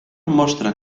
mostra